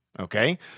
Okay